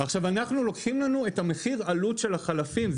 לוקחים לנו את מחיר העלות של החלפים.